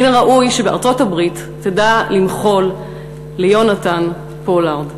מן הראוי שארצות-הברית תדע למחול ליונתן פולארד.